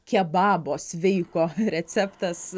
kebabo sveiko receptas